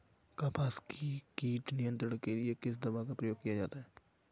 कपास में कीट नियंत्रण के लिए किस दवा का प्रयोग किया जाता है?